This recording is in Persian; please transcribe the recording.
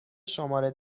شماره